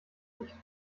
nicht